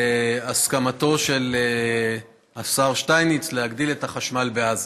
הסכמתו של השר שטייניץ להגדיל את החשמל בעזה.